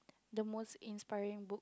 the most inspiring